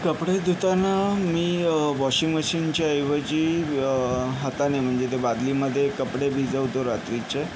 कपडे धुताना मी वॉशिंग मशीनच्या ऐवजी हाताने म्हणजे ते बादलीमध्ये कपडे भिजवतो रात्रीचे